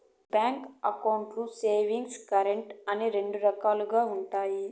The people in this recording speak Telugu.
బ్యాంక్ అకౌంట్లు సేవింగ్స్, కరెంట్ అని రెండు రకాలుగా ఉంటాయి